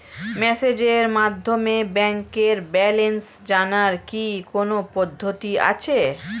মেসেজের মাধ্যমে ব্যাংকের ব্যালেন্স জানার কি কোন পদ্ধতি আছে?